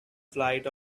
flight